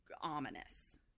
ominous